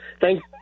Thank